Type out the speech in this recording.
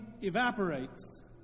evaporates